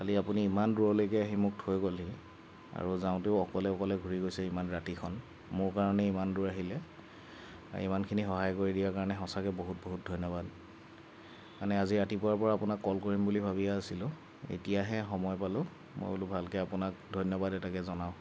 কালি আপুনি ইমান দূৰলৈকে আহি মোক থৈ গ'লহি আৰু যাওঁতেও অকলে অকলে ঘুৰি গৈছে ইমান ৰাতিখন মোৰ কাৰণে ইমান দূৰ আহিলে আৰু ইমানখিনি সহায় কৰি দিয়াৰ কাৰণে সঁচাকে বহুত বহুত ধন্যবাদ মানে আজি ৰাতিপুৱাৰ পৰা আপোনাক কল কৰিম বুলি ভাবি আছিলোঁ এতিয়াহে সময় পালোঁ মই বোলো ভালকে আপোনাক ধন্যবাদ এটাকে জনাওঁ